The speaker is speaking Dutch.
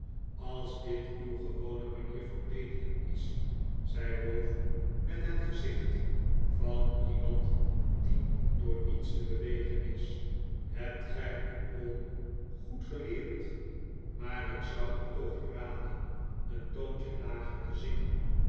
als dit uw gewone manier van bedelen is zei ralph met het gezicht van iemand die door niets te bewegen is hebt gij uw rol goed geleerd maar ik zou u toch raden een toontje lager te zingen